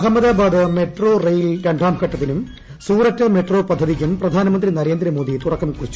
Ahmedabad metro rail രണ്ടാം ഘട്ടത്തിനും Surat metro പദ്ധതിക്കും പ്രധാനമന്ത്രി നരേന്ദ്രമോദി തുടക്കം കുറിച്ചു